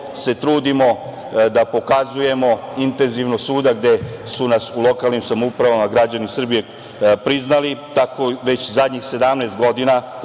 se trudimo da pokazujemo intenzivno svuda gde su nas u lokalnim samoupravama građani Srbije priznali. Tako smo poslednjih 17 godina